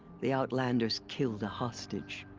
the outlanders killed a hostage.